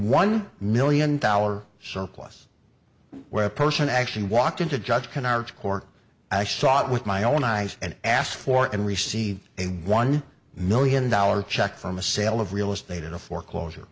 one million dollar surplus where person actually walked into judge canards cork i saw it with my own eyes and asked for and received a one million dollars check from the sale of real estate in a foreclosure